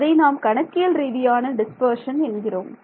அதை நாம் கணக்கியல் ரீதியான டிஸ்பர்ஷன் என்கிறோம்